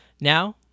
Now